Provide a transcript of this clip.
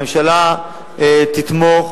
הממשלה תתמוך